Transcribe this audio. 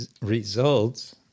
results